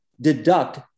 deduct